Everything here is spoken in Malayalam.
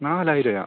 നാലായിരമോ